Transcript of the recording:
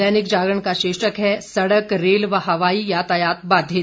दैनिक जागरण का शीर्षक है सड़क रेल व हवाई यातायात बाधित